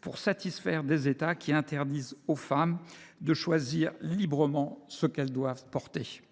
pour satisfaire des États qui interdisent aux femmes de choisir librement ce qu’elles doivent porter.